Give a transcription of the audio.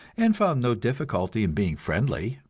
and found no difficulty in being friendly.